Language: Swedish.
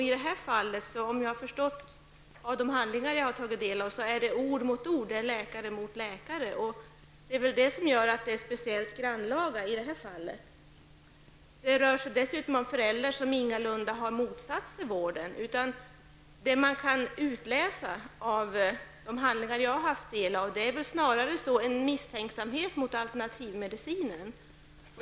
I det här fallet, om jag har förstått rätt de handlingar som jag har tagit del av, står ord mot ord, läkare mot läkare. Det är just detta som gör att det är speciellt grannlaga i det här fallet. Det rör sig dessutom om föräldrar som ingalunda har motsatt sig vården. Vad man kan utläsa av de handlingar jag har tagit del av, finner man snarare en misstänksamhet mot alternativmedicinen.